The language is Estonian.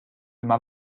ilma